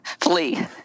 Flee